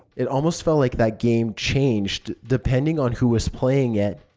it almost felt like that game. changed, depending on who was playing it.